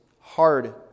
hard